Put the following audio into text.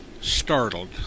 startled